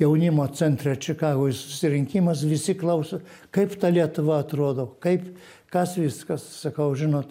jaunimo centre čikagoj susirinkimas visi klauso kaip ta lietuva atrodo kaip kas viskas sakau žinot